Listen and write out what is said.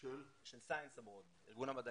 בחו"ל.